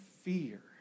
fear